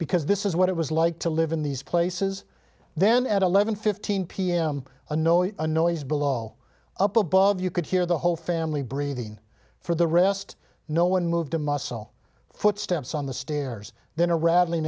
because this is what it was like to live in these places then at eleven fifteen p m annoyed a noise below up above you could hear the whole family breathing for the rest no one moved a muscle footsteps on the stairs then a rattling